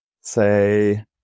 say